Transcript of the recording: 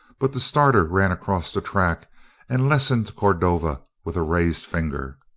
but the starter ran across the track and lessoned cordova with a raised finger.